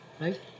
right? –